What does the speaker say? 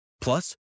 Plus